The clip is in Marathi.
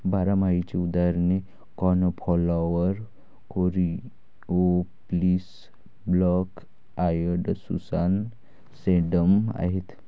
बारमाहीची उदाहरणे cornflower, coreopsis, black eyed Susan, sedum आहेत